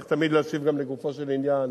צריך תמיד להשיב גם לגופו של עניין,